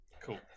cool